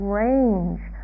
range